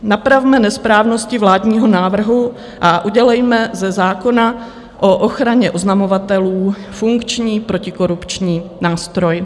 Napravme nesprávnosti vládního návrhu a udělejme ze zákona o ochraně oznamovatelů funkční protikorupční nástroj.